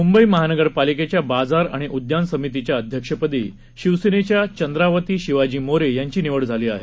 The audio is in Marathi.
मुंबई महानगरपालिकेच्या बाजार आणि उदयान समितीच्या अध्यक्षपदी शिवसेनेच्या चंद्रावती शिवाजी मोरे यांची निवड झाली आहे